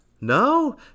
No